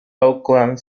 auckland